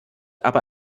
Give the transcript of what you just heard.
aber